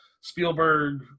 Spielberg